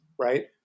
right